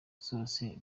zose